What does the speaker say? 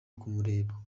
kumureba